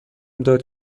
داد